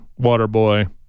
Waterboy